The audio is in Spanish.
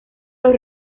los